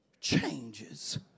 changes